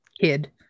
kid